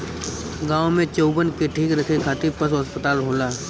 गाँव में चउवन के ठीक रखे खातिर पशु अस्पताल होला